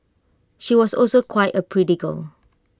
she was also quite A pretty girl